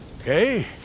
okay